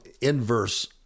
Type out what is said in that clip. Inverse